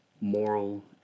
moral